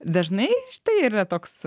dažnai štai toks